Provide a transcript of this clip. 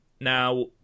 Now